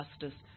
justice